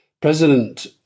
President